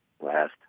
last